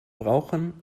brauchen